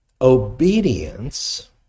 Obedience